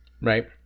Right